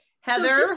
Heather